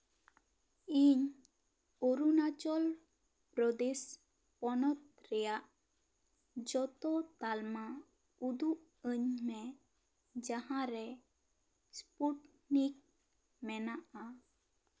ᱤᱧ ᱚᱨᱩᱱᱟᱪᱚᱞᱯᱨᱚᱫᱮᱥ ᱯᱚᱱᱚᱛ ᱨᱮᱭᱟᱜ ᱡᱚᱛᱚ ᱛᱟᱞᱢᱟ ᱩᱫᱩᱜ ᱟᱹᱧ ᱢᱮ ᱡᱟᱦᱟᱸ ᱨᱮ ᱥᱯᱩᱴᱱᱤᱠ ᱢᱮᱱᱟᱜᱼᱟ